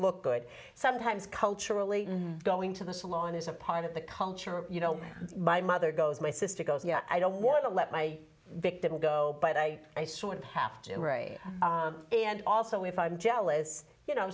look good sometimes culturally going to the salon is a part of the culture you know my mother goes my sister goes you know i don't want to let my victim go but i i sort of have to wear a and also if i'm jealous you know